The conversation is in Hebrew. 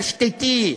תשתיתי,